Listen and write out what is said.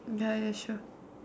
ya ya sure